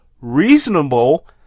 Reasonable